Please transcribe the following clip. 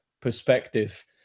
perspective